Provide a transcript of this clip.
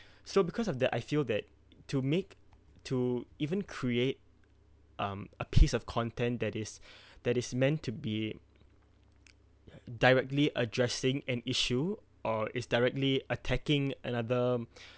so because of that I feel that to make to even create um a piece of content that is that is meant to be directly addressing an issue or is directly attacking another